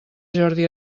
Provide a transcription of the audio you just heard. jordi